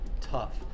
tough